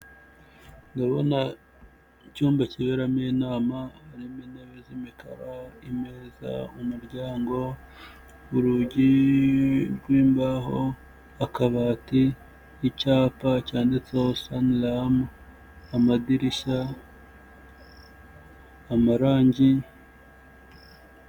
Umumama bigaragara ko ashinzwe gutanga ibyo kurya cyangwa kunywa ahantu, ndetse hakaba hateguye neza intebe zikozwe mu mbaho ziteye neza, ubusitani bw'indabyo, ndetse n'ibiti hakurya, bigaragara ko hari ahantu abantu biyakirira, ndetse hateye neza rwose.